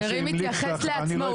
חברי מתייחס לעצמו,